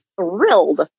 thrilled